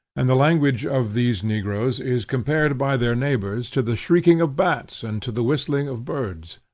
and the language of these negroes is compared by their neighbors to the shrieking of bats and to the whistling of birds.